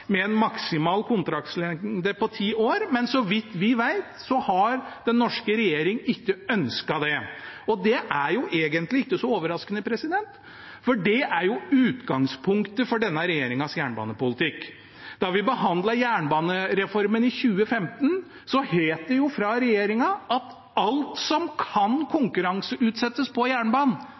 med en maksimal kontraktslengde på ti år, men så vidt vi vet, har den norske regjering ikke ønsket det. Det er egentlig ikke så overraskende, for det er jo utgangspunktet for denne regjeringens jernbanepolitikk. Da vi behandlet jernbanereformen i 2015, het det jo fra regjeringen at alt som kan konkurranseutsettes på jernbanen,